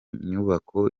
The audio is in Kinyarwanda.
nyubako